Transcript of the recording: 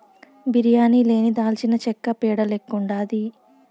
బిర్యానీ లేని దాల్చినచెక్క పేడ లెక్కుండాది